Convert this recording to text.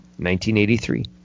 1983